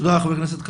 תודה, חבר הכנסת קלנר.